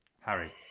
Harry